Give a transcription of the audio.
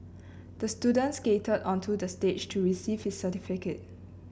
the student skated onto the stage to receive his certificate